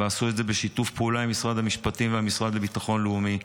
ועשו את זה בשיתוף פעולה עם משרד המשפטים והמשרד לביטחון לאומי.